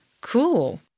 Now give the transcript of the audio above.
Cool